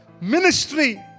Ministry